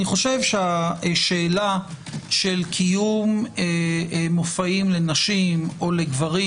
השאלה של קיום מופעים לנשים או לגברים